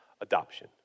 adoption